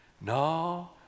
No